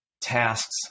tasks